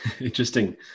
Interesting